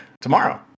Tomorrow